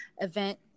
event